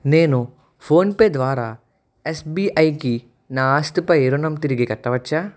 నేను ఫోన్పే ద్వారా ఎస్బీఐకి నా ఆస్తిపై రుణం తిరిగి కట్టవచ్చా